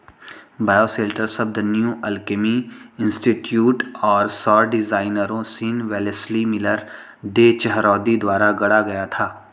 bioshelter शब्द New Alchemy Institute और सौर डिजाइनरों Sean Wellesley Miller, Day Chahroudi द्वारा गढ़ा गया था